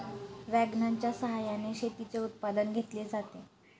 वॅगनच्या सहाय्याने शेतीचे उत्पादन घेतले जाते